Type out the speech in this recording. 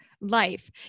life